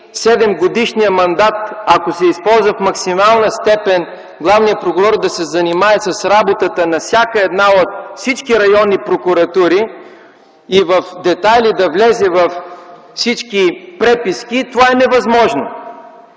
7-годишният мандат, ако се използва в максимална степен главният прокурор да се занимае с работата на всяка една от всички районни прокуратури и в детайли да влезе във всички преписки, това е невъзможно.